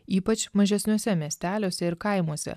ypač mažesniuose miesteliuose ir kaimuose